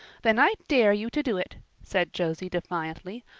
then i dare you to do it, said josie defiantly.